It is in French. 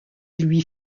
lui